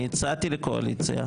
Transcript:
אני הצעתי לקואליציה,